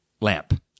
lamp